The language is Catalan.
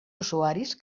usuaris